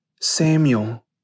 Samuel